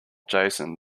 jason